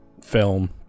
film